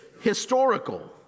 historical